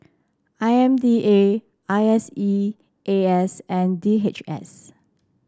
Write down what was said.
I M D A I S E A S and D H S